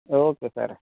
okay sir